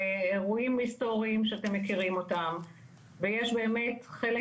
זה אירועים היסטוריים שאתם מכירים אותם ויש באמת חלק